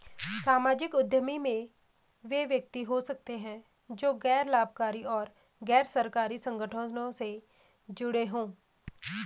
सामाजिक उद्यमी वे व्यक्ति हो सकते हैं जो गैर लाभकारी और गैर सरकारी संगठनों से जुड़े हों